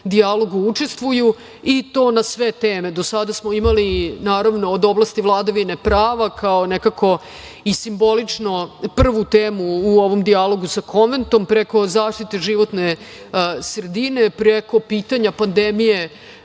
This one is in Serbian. dijalogu učestvuju i to na sve teme. Do sada smo imali od oblasti vladavine prava, kao nekako i simbolično prvu temu u ovom dijalogu sa konventom, preko zaštite životne sredine, preko pitanja pandemije